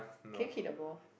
can you kick the ball